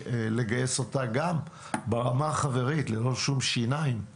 לגייס אותה גם ברמה החברית ללא שום שיניים לעניין.